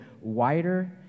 wider